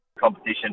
competition